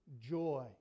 joy